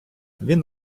він